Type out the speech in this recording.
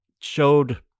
showed